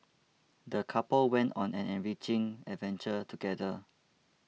the couple went on an enriching adventure together